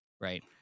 right